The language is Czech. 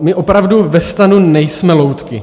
My opravdu ve STANu nejsme loutky.